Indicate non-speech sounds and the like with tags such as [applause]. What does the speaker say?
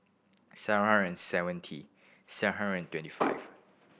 seven hundred and seventy seven hundred and twenty [noise] five